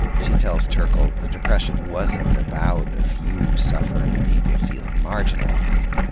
she tells terkel the depression wasn't about a few suffering people feeling marginalized.